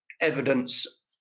evidence